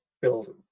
Building